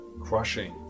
crushing